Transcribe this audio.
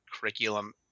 curriculum